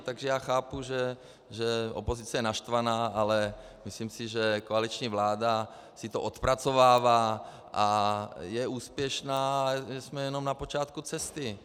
Takže já chápu, že je opozice naštvaná, ale myslím si, že koaliční vláda si to odpracovává a je úspěšná a jsme jenom na počátku cesty.